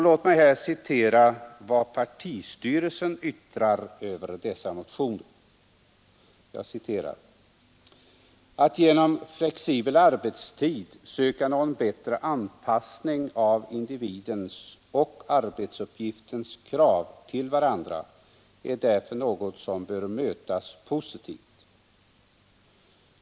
Låt mig här citera partistyrelsens yttrande över dessa motioner: ”Att genom flexibel arbetstid söka nå en bättre anpassning av individens och arbetsuppgiftens krav till varandra är därför något som bör mötas positivt.